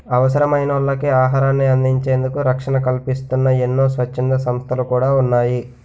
అవసరమైనోళ్ళకి ఆహారాన్ని అందించేందుకు రక్షణ కల్పిస్తూన్న ఎన్నో స్వచ్ఛంద సంస్థలు కూడా ఉన్నాయి